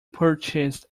purchased